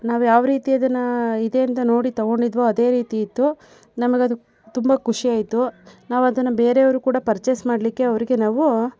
ನಾವು ಯಾವ ರೀತಿ ಅದನ್ನು ಇದೇ ಅಂತ ನೋಡಿ ತೊಗೊಂಡಿದ್ವೋ ಅದೇ ರೀತಿ ಇತ್ತು ನಮಗದು ತುಂಬ ಖುಷಿಯಾಯಿತು ನಾವು ಅದನ್ನು ಬೇರೆಯವರು ಕೂಡ ಪರ್ಚೇಸ್ ಮಾಡಲಿಕ್ಕೆ ಅವರಿಗೆ ನಾವು